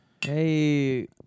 Hey